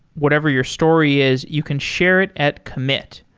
whatever your story is, you can share it at commit.